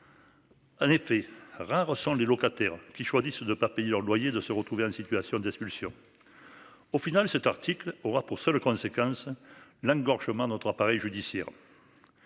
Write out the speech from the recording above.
En effet, rares sont les locataires qui choisissent de ne pas payer leur loyer, de se retrouver en situation d'expulsion. Au final, cet article aura pour seule conséquence l'engorgement notre appareil judiciaire.